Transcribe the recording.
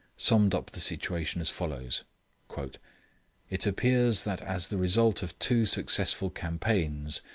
summed up the situation as follows it appears that as the result of two successful campaigns,